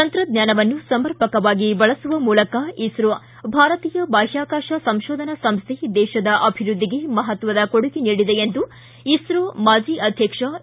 ತಂತ್ರಜ್ಞಾನವನ್ನು ಸಮರ್ಪಕವಾಗಿ ಬಳಸುವ ಮೂಲಕ ಇಸ್ತೊ ಭಾರತೀಯ ಬಾಹ್ಕಾಕಾಶ ಸಂಶೋಧನಾ ಸಂಸೈ ದೇಶದ ಅಭಿವೃದ್ಧಿಗೆ ಮಹತ್ವದ ಕೊಡುಗೆ ನೀಡಿದೆ ಎಂದು ಇಸ್ತೋ ಮಾಜಿ ಅಧ್ಯಕ್ಷ ಎ